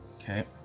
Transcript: Okay